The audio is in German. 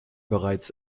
bereits